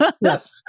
Yes